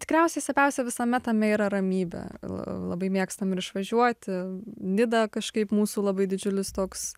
tikriausiai svarbiausia visame tame yra ramybė labai mėgstam ir išvažiuoti nida kažkaip mūsų labai didžiulis toks